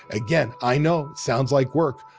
again i know sounds like work,